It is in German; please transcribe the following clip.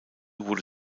wurde